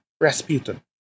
Rasputin